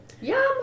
Yum